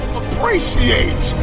appreciate